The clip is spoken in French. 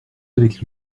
avec